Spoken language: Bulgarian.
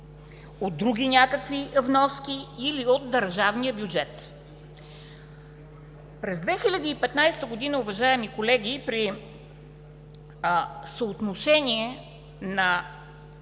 от други някакви вноски или от държавния бюджет?! През 2015 г., уважаеми колеги, при съотношение на